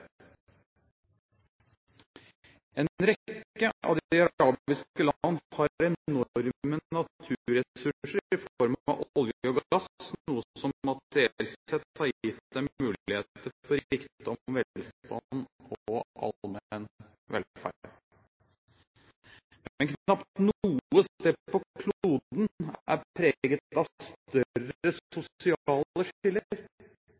En rekke av de arabiske land har enorme naturressurser i form av olje og gass, noe som materielt sett har gitt dem muligheter til rikdom, velstand og allmenn velferd, men knapt noe sted på kloden er preget av større